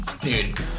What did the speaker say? Dude